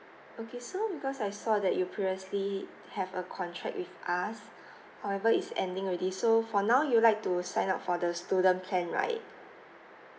okay so because I saw that you previously have a contract with us however it's ending already so for now you like to sign up for the student plan right